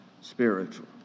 spiritual